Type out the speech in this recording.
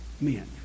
men